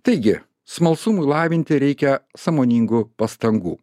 taigi smalsumui lavinti reikia sąmoningų pastangų